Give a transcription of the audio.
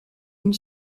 une